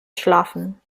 schlafen